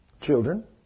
children